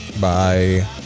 Bye